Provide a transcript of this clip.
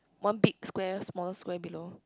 one big square smaller square below